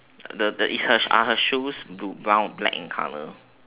the the is her are her shoes blu~ brown black in colour